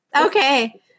Okay